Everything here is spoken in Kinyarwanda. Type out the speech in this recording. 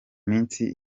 minsi